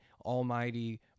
almighty